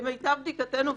למיטב בדיקתנו,